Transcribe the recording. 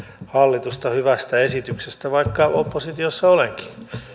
hallitusta hyvästä esityksestä vaikka oppositiossa olenkin